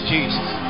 Jesus